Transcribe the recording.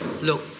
Look